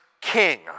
King